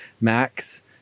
Max